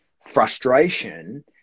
frustration